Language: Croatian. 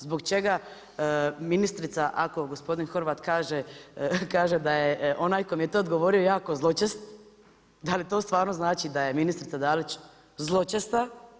Zbog čega ministrica, ako gospodin Horvat kaže da je onaj tko vam je to odgovorio jako zločest, da li to stvarno znači da je ministrica Dalić zločesta?